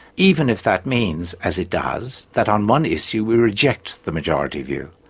even if that means, as it does, that on one issue we reject the majority view.